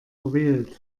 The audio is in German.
verwählt